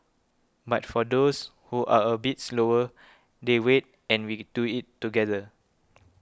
but for those who are a bit slower they wait and we do it together